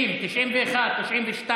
90, 91, 92,